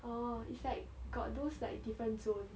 orh it's like got those like different zone